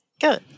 Good